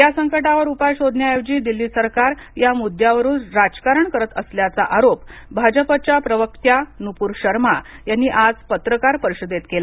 या संकटावर उपाय शोधण्याऐवजी दिल्ली सरकार या मुद्द्यावरून राजकारण करत असल्याचा आरोप भाजपच्या प्रवक्त्या नुपूर शर्मा यांनी आज पत्रकार परिषदेत केला